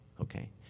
Okay